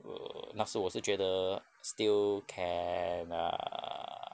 err 那时我是觉得 still can err